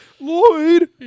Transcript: Lloyd